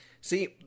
See